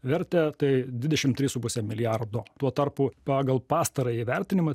vertę tai dvidešim trys su puse milijardo tuo tarpu pagal pastarąjį vertinimą